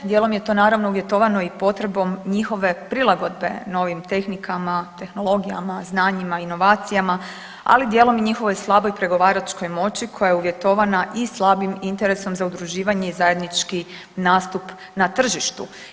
Dijelom je to naravno uvjetovano i potrebom njihove prilagodbe novim tehnikama, tehnologijama, znanjima, inovacijama, ali dijelom i njihovoj slaboj pregovaračkoj moći koja je uvjetovana i slabim interesom za udruživanje i zajednički nastup na tržištu.